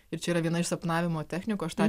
ir čia yra viena iš sapnavimo technikų aš tą